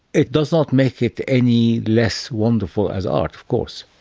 it does not make it any less wonderful as art of course.